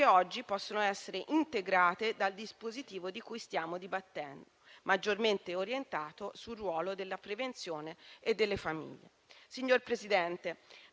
oggi possono essere integrate dal dispositivo di cui stiamo dibattendo, maggiormente orientato sul ruolo della prevenzione e delle famiglie. Signora Presidente,